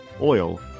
oil